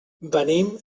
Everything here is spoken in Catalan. venim